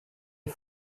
est